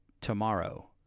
tomorrow